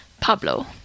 Pablo